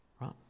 right